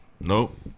Nope